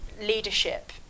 leadership